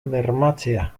bermatzea